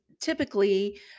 typically